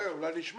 רגע, אולי נשמע.